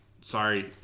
sorry